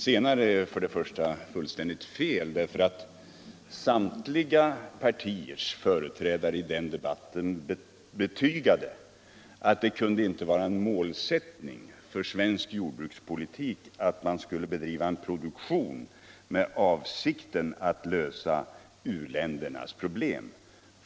Detta är fullständigt fel. Samtliga partiers företrädare i den debatten betygade att målsättningen för svensk jordbrukspolitik inte kunde vara att man skulle bedriva en produktion i avsikt att lösa u-ländernas pro 95 blem.